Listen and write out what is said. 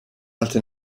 altre